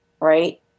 Right